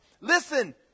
Listen